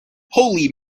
holy